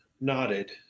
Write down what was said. nodded